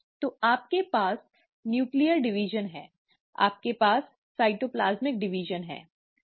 तो आपके पास न्यूक्लियर विभाजन है आपके पास साइटोप्लाज्मिक विभाजन है